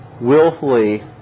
willfully